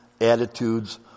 attitudes